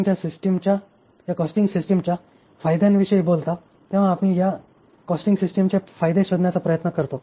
म्हणून जेव्हा आपण या कॉस्टिंग सिस्टिमच्या फायद्यांविषयी बोलता तेव्हा आम्ही या कॉस्टिंग सिस्टिमचे फायदे शोधण्याचा प्रयत्न करतो